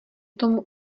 tomu